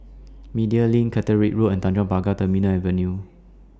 Media LINK Caterick Road and Tanjong Pagar Terminal Avenue